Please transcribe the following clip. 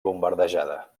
bombardejada